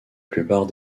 plupart